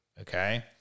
okay